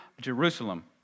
Jerusalem